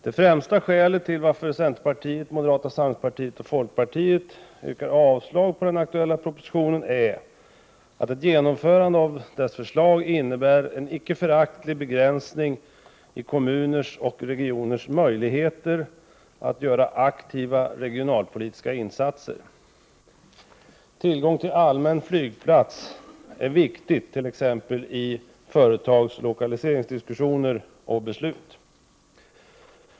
Det främsta skälet till varför centerpartiet, moderata samlingspartiet och folkpartiet yrkar avslag på den aktuella propositionen är att ett genomförande av dess förslag innebär en icke föraktlig begränsning i kommuners och regioners möjligheter att göra aktiva regionalpolitiska insatser. Tillgång till allmän flygplats är en viktig sak, t.ex. i företags lokaliseringsdiskussioner och beslut.